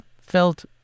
felt